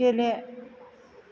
गेले